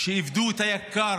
שאיבדו את היקר,